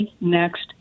next